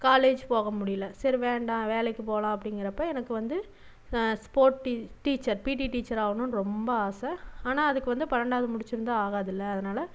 college போக முடியல சரி வேண்டாம் வேலைக்கு போலாங்கிறப்ப எனக்கு வந்து ஸ்போர்ட் டீச்சர் பீட்டி டீச்சர் ஆகணும்னு ரொம்ப ஆசை ஆனால் அதுக்கு வந்து பன்னெண்டாவது முடித்திருந்தா ஆகாது அதனால்